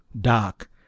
dark